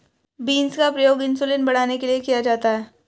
beans का प्रयोग insulin बढ़ाने के लिए किया जाता है